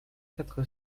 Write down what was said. quatre